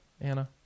Anna